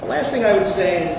the last thing i would say